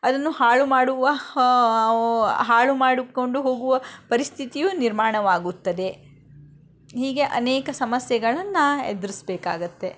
ಅದನ್ನು ಹಾಳು ಮಾಡುವ ಹಾಳು ಮಾಡಿಕೊಂಡು ಹೋಗುವ ಪರಿಸ್ಥಿತಿಯೂ ನಿರ್ಮಾಣವಾಗುತ್ತದೆ ಹೀಗೆ ಅನೇಕ ಸಮಸ್ಯೆಗಳನ್ನು ಎದುರಿಸಬೇಕಾಗುತ್ತೆ